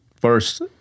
First